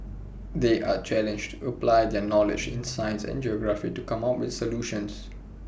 they are challenged apply their knowledge in science and geography to come up with solutions